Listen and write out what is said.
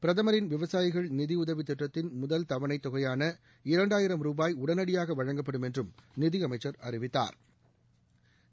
பிரதமரின் விவசாயிகள் நிதி உதவி திட்டத்தின் முதல் தவணை தொகையான இரண்டாயிரம் ரூபாய் உடனடியாக வழங்கப்படும் என்றும் நிதி அமைச்சள் அறிவித்தாா்